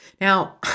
Now